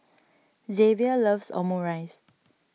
Xzavier loves Omurice